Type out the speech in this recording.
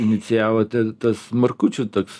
inicijavote tas markučių toks